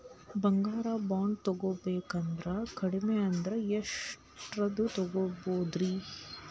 ಬಂಗಾರ ಬಾಂಡ್ ತೊಗೋಬೇಕಂದ್ರ ಕಡಮಿ ಅಂದ್ರ ಎಷ್ಟರದ್ ತೊಗೊಬೋದ್ರಿ?